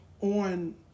on